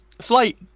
Slight